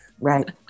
right